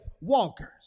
walkers